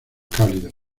cálidos